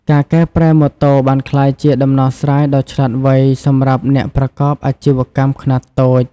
ការកែប្រែម៉ូតូបានក្លាយជាដំណោះស្រាយដ៏ឆ្លាតវៃសម្រាប់អ្នកប្រកបអាជីវកម្មខ្នាតតូច។